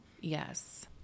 Yes